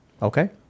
okay